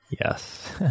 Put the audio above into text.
Yes